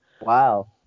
Wow